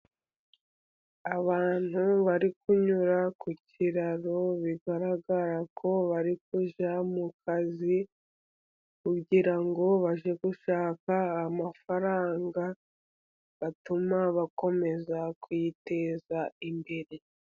Abantu bari kunyura ku kiraro bigaragara ko bari kujya mu kazi, kugira ngo bajye gushaka amafaranga atuma bakomeza kwiteza imbere.